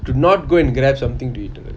do not go and grab something to eat